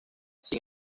sin